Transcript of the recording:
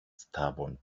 stubborn